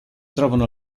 trovano